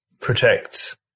protect